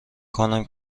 کنم